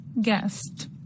Guest